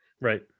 right